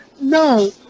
No